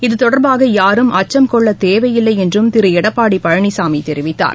இத்தொடர்பாக யாரும் அச்சம் கொள்ளத்தேவையில்லை என்றும் திரு எடப்பாடி பழனிசாமி தெரிவித்தார்